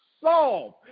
solve